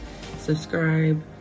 subscribe